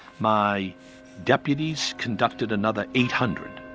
my deputies conducted another eight hundred,